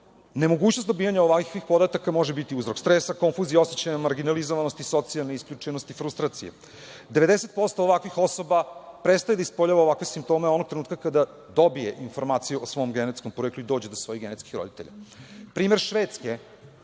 nemogućnost dobijanja ovakvih podataka može biti uzrok stresa, konfuzije i osećaja marginalizovanosti, socijalne isključenosti i frustracije. Devedeset posto ovakvih osoba prestaje da ispoljava ovakve simptome onog trenutka kada dobije informaciju o svom genetskom poreklu i dođe do svojih genetskih roditelja. Primer